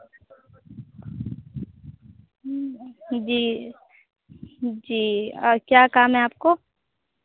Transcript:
जी जी और क्या काम है आपको